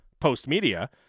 post-media